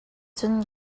cun